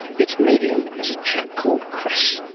its medium is a chap called chris,